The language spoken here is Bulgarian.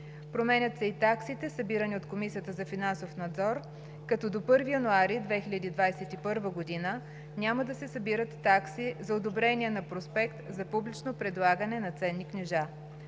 Променят се и таксите, събирани от Комисията за финансов надзор, като до 1 януари 2021 г. няма да се събират такси за одобрение на проспект за публично предлагане на ценни книжа.